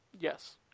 Yes